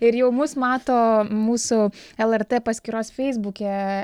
ir jau mus mato mūsų lrt paskyros feisbuke